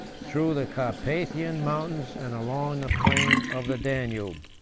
through the carpathian mountains and along the plain of the danube.